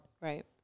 right